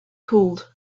cooled